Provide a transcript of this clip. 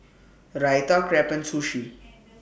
Raita Crepe and Sushi